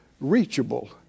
reachable